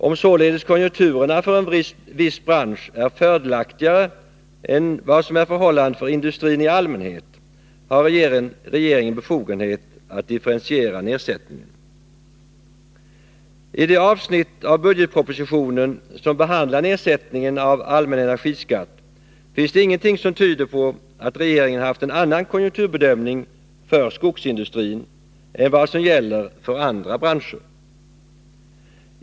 Om konjunkturerna för en viss bransch är fördelaktigare än för industrin i allmänhet, har regeringen således befogenhet att differentiera nedsättningen. I det avsnitt av budgetpropositionen som behandlar nedsättningen av allmän energiskatt finns det ingenting som tyder på att regeringen haft en annan konjunkturbedömning för skogsindustrin än för andra branscher.